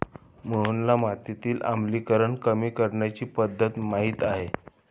मोहनला मातीतील आम्लीकरण कमी करण्याची पध्दत माहित आहे